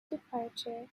departure